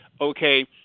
okay